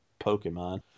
Pokemon